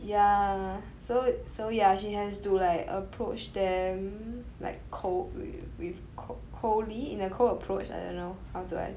ya so so yeah she has to like approach them like coldly with co~ co~ coldly in a cold approach I don't know how